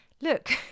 look